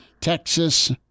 Texas